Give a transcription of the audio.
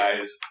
guys